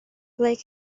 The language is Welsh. ble